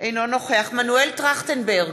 אינו נוכח מנואל טרכטנברג,